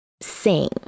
sing